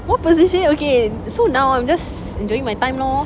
what position okay so now I'm just enjoying my time lor